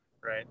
Right